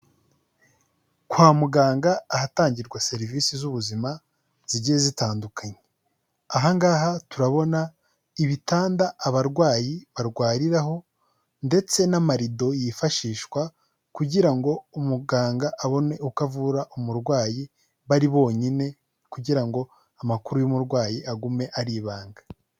Kwa muganga ahatangirwa serivisi z'ubuzima zigiye zitandukanye, aha ngaha turabona ibitanda abarwayi barwariraho ndetse n'amarido yifashishwa kugira ngo umuganga abone uko avura umurwayi bari bonyine kugira ngo amakuru y'umurwayi agume ari ibanga.